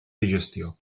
digestió